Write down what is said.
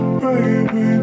baby